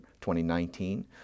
2019